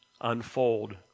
unfold